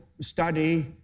study